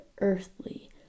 earthly